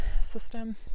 system